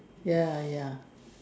ya ya